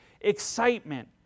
excitement